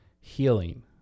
healing